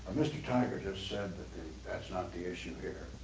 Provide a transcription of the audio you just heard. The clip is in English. mr. tiger just said that that's not the issue here.